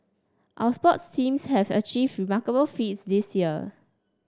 our sports teams have achieved remarkable feats this year